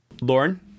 Lauren